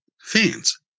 fans